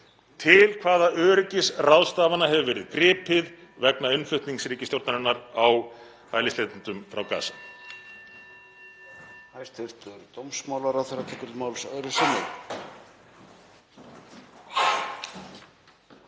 Til hvaða öryggisráðstafana hefur verið gripið til vegna innflutnings ríkisstjórnarinnar á hælisleitendum frá Gaza?